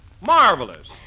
Marvelous